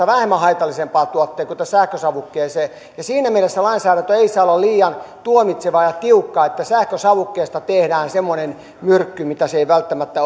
vähemmän haitalliseen tuotteeseen kuten sähkösavukkeeseen siinä mielessä lainsäädäntö ei saa olla liian tuomitseva ja tiukka että sähkösavukkeesta tehdään semmoinen myrkky mitä se ei välttämättä